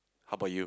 how about you